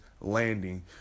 landing